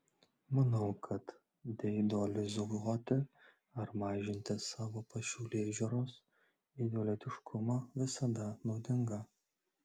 manau kad deideologizuoti ar mažinti savo pasaulėžiūros ideologiškumą visada naudinga